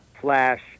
flash